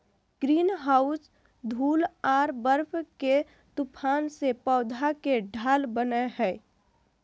greenhouse धूल आर बर्फ के तूफान से पौध के ढाल बनय हइ